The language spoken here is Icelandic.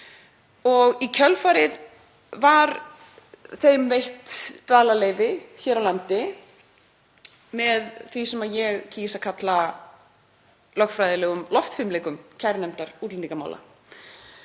Í kjölfarið var þeim veitt dvalarleyfi hér á landi með því sem ég kýs að kalla lögfræðilegum loftfimleikum kærunefndar útlendingamála.